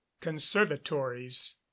conservatories